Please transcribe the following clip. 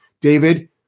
David